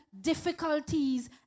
difficulties